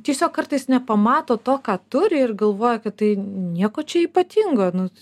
tiesiog kartais nepamato to ką turi ir galvoja kad tai nieko čia ypatingo nu